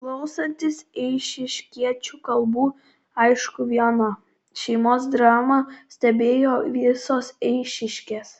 klausantis eišiškiečių kalbų aišku viena šeimos dramą stebėjo visos eišiškės